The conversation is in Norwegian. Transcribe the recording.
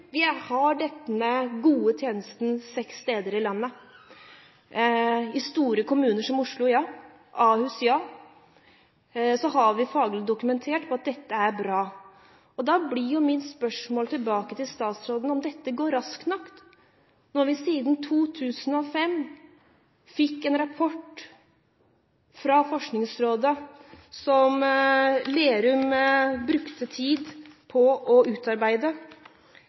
Vi har denne gode tjenesten seks steder i landet – bl.a. i store kommuner som Oslo og ved Ahus – og vi har faglig dokumentert at dette er bra. Da blir mitt spørsmål til statsråden om dette går raskt nok. I 2005 fikk vi en rapport fra Forskningsrådet som Frode Lærum brukte tid på å utarbeide.